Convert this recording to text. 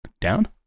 down